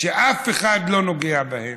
ואף אחד לא נוגע בהן,